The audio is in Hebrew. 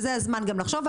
זה הזמן גם לחשוב.